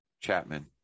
Chapman